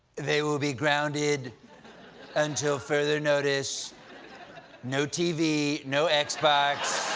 they will be grounded until further notice no tv, no and xbox,